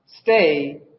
stay